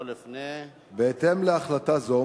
בהתאם להחלטה זו,